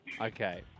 okay